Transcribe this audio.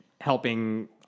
helping